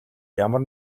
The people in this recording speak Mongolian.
ямар